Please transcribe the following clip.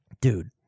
dude